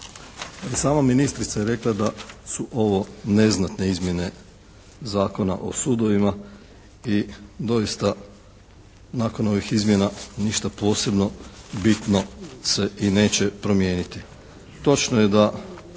sama ministrica je rekla da su ovo neznatne izmjene Zakona o sudovima i doista nakon ovih izmjena ništa posebno bitno se neće i promijeniti. Točno je da